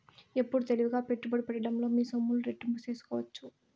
ఎప్పుడు తెలివిగా పెట్టుబడి పెట్టడంలో మీ సొమ్ములు రెట్టింపు సేసుకోవచ్చు